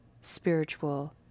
spiritual